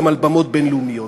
גם מעל במות בין-לאומיות.